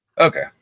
Okay